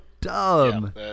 dumb